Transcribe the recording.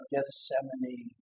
Gethsemane